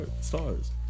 stars